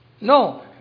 No